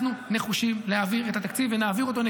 אנחנו נחושים להעביר את התקציב, ונעביר אותו.